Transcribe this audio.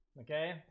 Okay